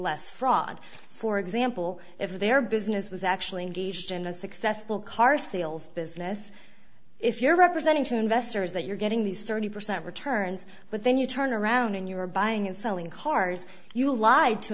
less fraud for example if their business was actually engaged in a successful car sales business if you're representing to investors that you're getting these thirty percent returns but then you turn around and you are buying and selling cars you lied to